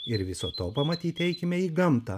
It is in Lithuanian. ir viso to pamatyti eikime į gamtą